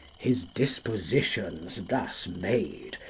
his dispositions thus made,